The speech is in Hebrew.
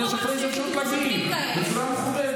אחרי זה יש לך אפשרות להגיב בצורה מכובדת.